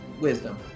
Wisdom